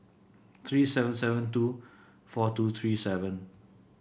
three seven seven two four two three seven